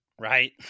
right